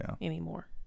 Anymore